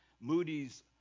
Moody's